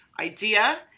idea